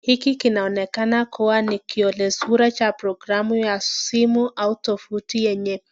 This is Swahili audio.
Hiki kinaonekana kuwa ni kielezo cha programu ya simu ama tofauti enye